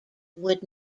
would